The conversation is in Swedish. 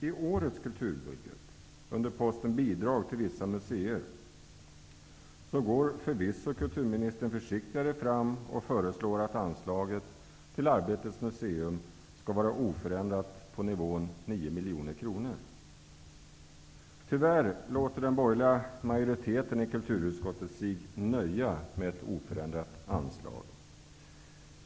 I årets kulturbudget under posten Bidrag till vissa museer går förvisso kulturministern försiktigare fram och föreslår att anslaget till Arbetets museum skall vara oförändrat på nivån 9 miljoner kronor. Tyvärr nöjer sig den borgerliga majoriteten i kulturutskottet med ett oförändrat anslag.